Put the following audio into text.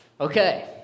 Okay